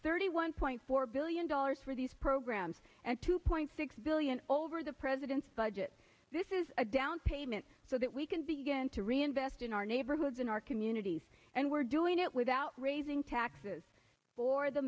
thirty one point four billion dollars for these programs and two point six billion over the president's budget this is a downpayment so that we can begin to reinvest in our neighborhoods in our communities and we're doing it without raising taxes for the